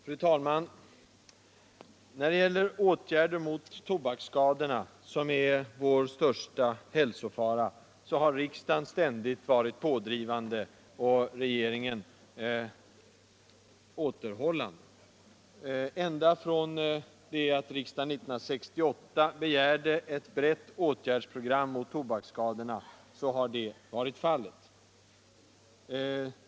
Fru talman! När det gäller åtgärder mot tobaksskadorna, som är vår största hälsofara, har riksdagen ständigt varit pådrivande och regeringen återhållande. Ända sedan riksdagen år 1968 begärde ett brett åtgärdsprogram mot tobaksskadorna har detta varit fallet.